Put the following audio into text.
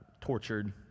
tortured